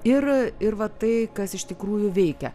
ir ir va tai kas iš tikrųjų veikia